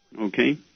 Okay